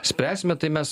spręsime tai mes